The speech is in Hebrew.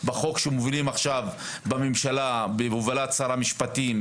בחוק שמובילים עכשיו בממשלה בהובלת שר המשפטים,